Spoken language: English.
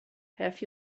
have